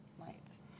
lights